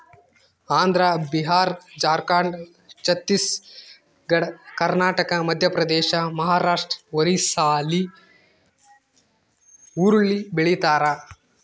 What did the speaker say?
Andhra Bihar Jharkhand Chhattisgarh Karnataka Madhya Pradesh Maharashtra ಒರಿಸ್ಸಾಲ್ಲಿ ಹುರುಳಿ ಬೆಳಿತಾರ